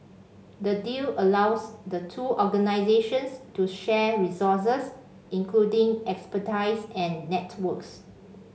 the deal allows the two organisations to share resources including expertise and networks